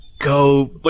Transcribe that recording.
Go